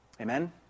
Amen